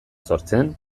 sortzen